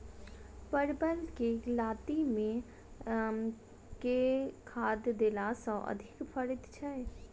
परवल केँ लाती मे केँ खाद्य देला सँ अधिक फरैत छै?